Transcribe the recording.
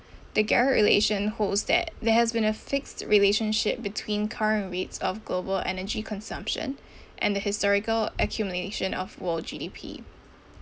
the garrett relation holds that there has been a fixed relationship between current rates of global energy consumption and the historical accumulation of world G_D_P